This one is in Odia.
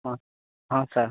ହଁ ହଁ ସାର୍